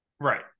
Right